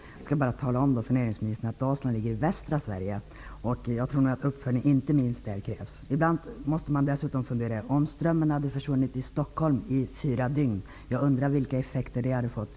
Jag skall bara tala om för näringsministern att Dalsland ligger i västra Sverige. Jag tror nog att uppföljning inte minst krävs där. Jag undrar vilka effekter det hade fått om strömmen hade varit försvunnen i Stockholm under fyra dygn.